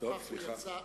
הוא יצא